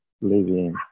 living